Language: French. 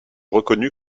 reconnus